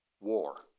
war